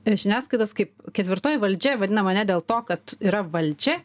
ir žiniasklaidos kaip ketvirtoji valdžia vadina mane dėl to kad yra valdžia